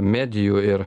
medijų ir